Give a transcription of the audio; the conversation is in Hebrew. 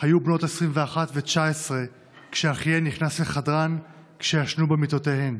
היו בנות 21 ו-19 כשאחיהן נכנס לחדרן כשישנו במיטותיהן.